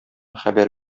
хәбәр